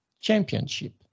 Championship